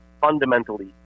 fundamentally